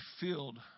filled